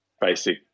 basic